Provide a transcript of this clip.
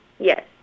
Yes